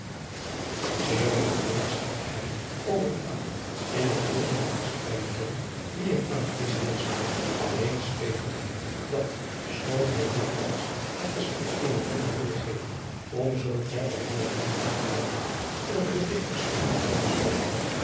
zeer veel vermaak schepte hij over tafel in den gullen en gastvrijen toon die er aan den disch heerschte alleen speet het hem dat schoon hij dikwijls het gesprek eene wending wilde geven om zooverre hij het dan wagen durfde over de dichters van dien tijd te spreken